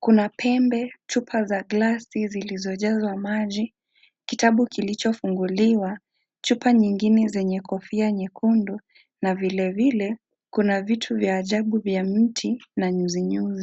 kuna pembe, chupa za glasi zilizojazwa maji, kitabu kilichofunguliwa, chupa nyingine zenye kofia nyekundu, na vilevile kuna vitu vya ajabu vya mti na nyuzi nyuzi.